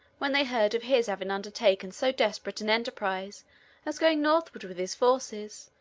when they heard of his having undertaken so desperate an enterprise as going northward with his forces,